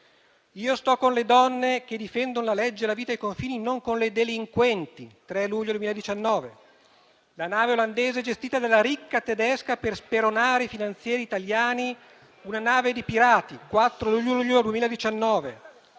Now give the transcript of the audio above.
«Io sto con le donne che difendono la legge, la vita e i confini, non con le delinquenti» (3 luglio 2019). «La nave olandese gestita dalla ricca tedesca per speronare i finanzieri italiani... Una nave di pirati»